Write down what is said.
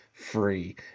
Free